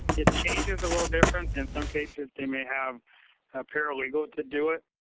it changes a little different. in some cases, they may have a paralegal to do it.